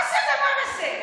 מה זה הדבר הזה?